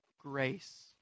grace